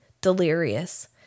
delirious